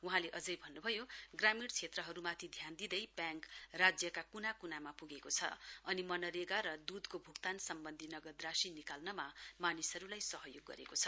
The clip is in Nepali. वहाँले अझै भन्नु भयो ग्रामीण क्षेत्रहरूमाथि ध्यान दिँदै राज्यका कुना कुनामा पुगेको छ अनि मनरेगा र दुधको भुक्तान सम्बन्धी नगद राशि निकाल्नमा मानिसहरूलाई सहयोग गरेको छ